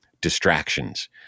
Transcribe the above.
distractions